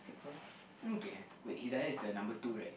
mm K wait Hidayah is the number two right